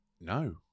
No